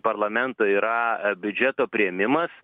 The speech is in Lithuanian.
parlamentui yra biudžeto priėmimas